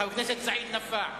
חבר הכנסת סעיד נפאע.